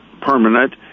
permanent